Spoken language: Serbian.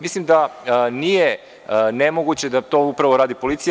Mislim da nije nemoguće da to upravo radi policija.